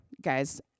guys